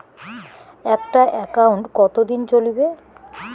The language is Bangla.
একটা একাউন্ট কতদিন চলিবে?